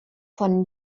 von